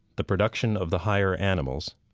the production of the higher animals,